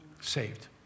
Saved